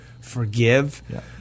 forgive